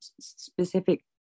specific